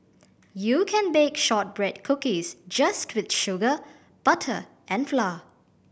you can bake shortbread cookies just with sugar butter and flour